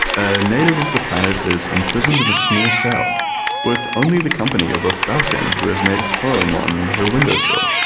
native of the planet, is imprisoned in a small cell with only the company of a falcon who has made its home on her windowsill.